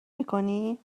میکنی